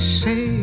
say